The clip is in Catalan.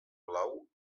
blau